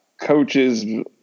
coaches